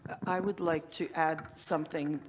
i would like to add something.